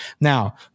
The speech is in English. Now